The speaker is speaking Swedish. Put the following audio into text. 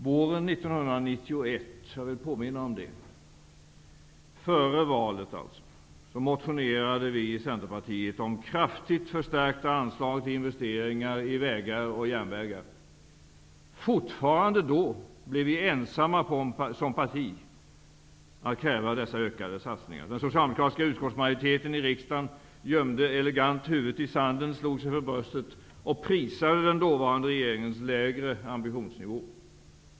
Våren 1991 -- jag vill påminna om det -- alltså före valet, motionerade vi i Centerpartiet om kraftigt förstärkta anslag till investeringar i vägar och järnvägar. Fortfarande då blev vi ensamma såsom parti att kräva dessa ökade satsningar. Den socialdemokratiska utskottsmajoriteten i riksdagen gömde elegant huvudet i sanden, slog sig för bröstet och prisade den dåvarande regeringens lägre ambitionsnivå.